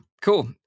Cool